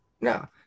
No